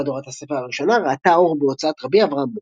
מהדורת הספר הראשונה ראתה אור בהוצאת ר' אברהם בוקובזה,